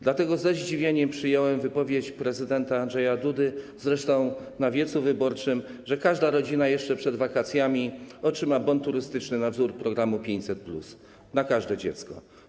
Dlatego ze zdziwieniem przyjąłem wypowiedź prezydenta Andrzeja Dudy, zresztą na wiecu wyborczym, że każda rodzina jeszcze przed wakacjami otrzyma bon turystyczny na wzór programu 500+ na każde dziecko.